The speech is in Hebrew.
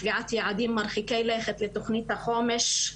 קביעת יעדים מרחקי לכת לתכנית החומש,